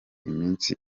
iminsi